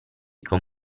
con